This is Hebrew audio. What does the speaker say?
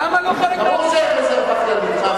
למה זה לא יהיה חלק מהרזרבה הכללית?